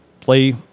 play